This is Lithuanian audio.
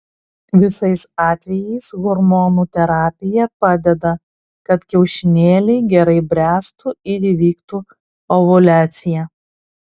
visais atvejais hormonų terapija padeda kad kiaušinėliai gerai bręstų ir įvyktų ovuliacija